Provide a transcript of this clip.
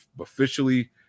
officially